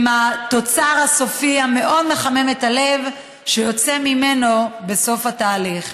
עם התוצר הסופי שמאוד מחמם את הלב שיוצא ממנו בסוף התהליך.